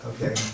Okay